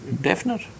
definite